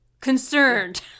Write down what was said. Concerned